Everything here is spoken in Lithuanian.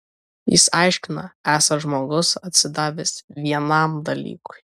jis aiškina esąs žmogus atsidavęs vienam dalykui